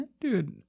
Dude